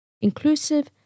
inclusive